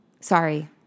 Sorry